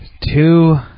Two